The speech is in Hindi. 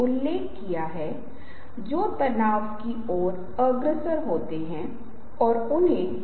उन्हें आपको सुनने का मौका नहीं मिलेगा क्योंकि आपकी स्लाइड में बहुत सारी जानकारी है